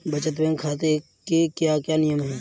बचत बैंक खाते के क्या क्या नियम हैं?